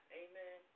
amen